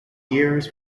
years